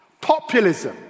Populism